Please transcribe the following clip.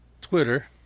Twitter